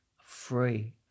free